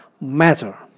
matter